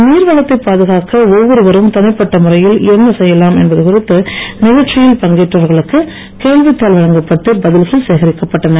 நீர்வளத்தை பாதுகாக்க ஒவ்வொருவரும் தனிப்பட்ட முறையில் என்ன செய்யலாம் என்பது குறித்து நிகழ்ச்சியில் பங்கேற்றவர்களுக்கு கேள்வித் தாள் வழங்கப்பட்டு பதில்கள் சேகரிக்கப்பட்டன